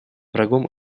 врагом